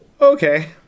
okay